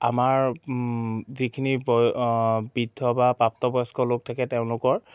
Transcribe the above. আমাৰ যিখিনি বৃদ্ধ বা প্ৰাপ্তবয়স্ক লোক থাকে তেওঁলোকৰ